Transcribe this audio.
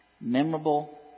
memorable